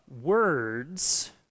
words